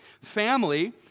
family